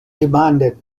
demanded